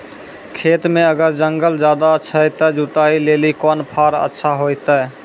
खेत मे अगर जंगल ज्यादा छै ते जुताई लेली कोंन फार अच्छा होइतै?